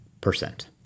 percent